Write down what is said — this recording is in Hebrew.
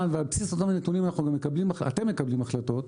ועל בסיס אותם הנתונים אתם מקבלים החלטות,